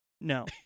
No